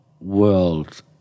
world